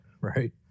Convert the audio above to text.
right